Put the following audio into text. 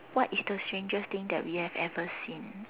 what is the strangest thing that we have ever seen